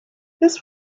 this